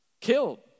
Killed